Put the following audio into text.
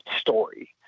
story